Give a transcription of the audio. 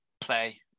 play